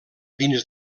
dins